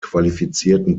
qualifizierten